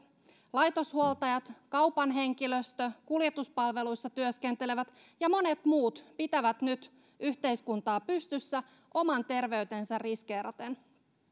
laitoshuoltajat kaupan henkilöstö kuljetuspalveluissa työskentelevät ja monet muut pitävät nyt yhteiskuntaa pystyssä oman terveytensä riskeeraten